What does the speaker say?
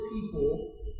people